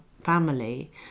family